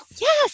yes